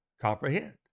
comprehend